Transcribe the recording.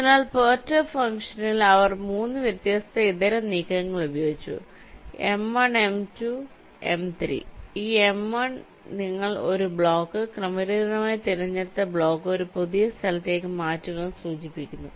അതിനാൽ പെർടർബ് ഫംഗ്ഷനിൽ അവർ 3 വ്യത്യസ്ത ഇതര നീക്കങ്ങൾ ഉപയോഗിച്ചു ഈ M1 M2 M3 ഈ M1 നിങ്ങൾ ഒരു ബ്ലോക്ക് ക്രമരഹിതമായി തിരഞ്ഞെടുത്ത ബ്ലോക്ക് ഒരു പുതിയ സ്ഥലത്തേക്ക് മാറ്റുമെന്ന് സൂചിപ്പിക്കുന്നു